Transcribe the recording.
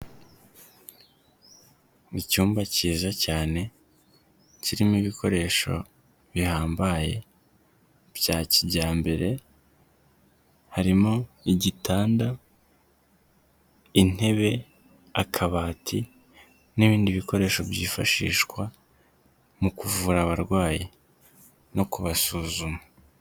Mu icyumba cyiza cyane kirimo ibikoresho bihambaye bya kijyambere harimo igitanda, intebe, akabati n'ibindi bikoresho byifashishwa mu kuvura abarwayi no kubasuzuma.